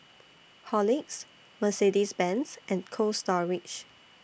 Horlicks Mercedes Benz and Cold Storage